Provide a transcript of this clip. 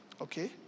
okay